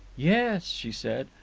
yes, she said.